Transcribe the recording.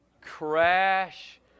Crash